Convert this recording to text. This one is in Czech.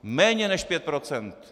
Méně než 5 %!